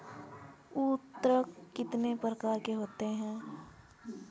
उर्वरक कितने प्रकार के होते हैं?